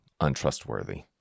untrustworthy